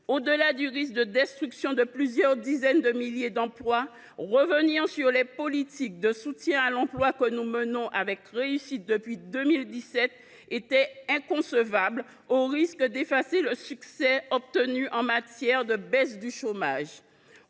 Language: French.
Au delà du risque de destruction de plusieurs dizaines de milliers de postes, revenir sur les politiques de soutien à l’emploi que nous menons avec réussite depuis 2017 était inconcevable, au risque d’effacer les succès obtenus sur le front du chômage.